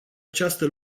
această